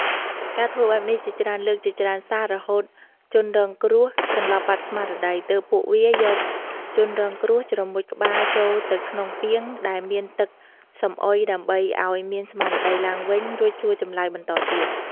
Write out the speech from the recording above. ការធ្វើបែបនេះជាច្រើនលើកជាច្រើនសាររហូតជនរងគ្រោះសន្លប់បាត់ស្មារតី ទើបពួកវាយកជនរងគ្រោះជ្រមុជក្បាលចូលទៅក្នុងពាងដែលមានទឹកសំអុយដើម្បីអោយមានស្មារតីឡើងវិញរួចសួរចម្លើយ បន្ដទៀត។